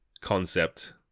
concept